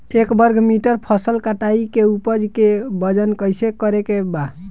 एक वर्ग मीटर फसल कटाई के उपज के वजन कैसे करे के बा?